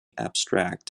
abstract